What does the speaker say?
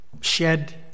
shed